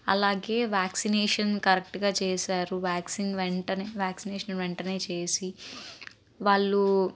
అలాగే వాక్సినేషన్ కరెక్ట్గా చేసారు వ్యాక్సిన్ వెంటనే వ్యాక్సినేషన్ వెంటనే చేసి వాళ్ళు